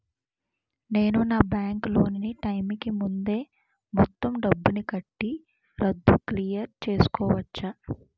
నేను నా bank loan నీ టైం కీ ముందే మొత్తం డబ్బుని కట్టి రద్దు క్లియర్ చేసుకోవచ్చా?